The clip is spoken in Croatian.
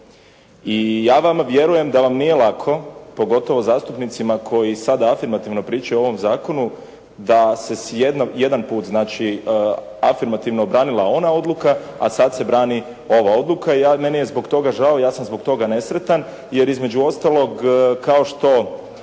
I ja vama vjerujem da vam nije lako, pogotovo zastupnicima koji sada afirmativno pričaju o ovom zakonu, da se jedan puta znači afirmativno branila ona odluka, a sada se brani ova odluka. I meni je zbog toga žao, ja sam zbog toga nesretan jer između ostalog kao što